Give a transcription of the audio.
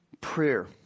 prayer